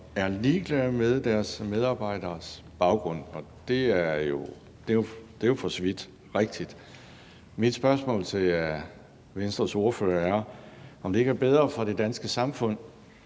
er ligeglade med deres medarbejderes baggrund. Det er jo for så vidt rigtigt. Mit spørgsmål til Venstres ordfører er, om ikke det er bedre for det danske samfund